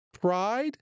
pride